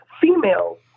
females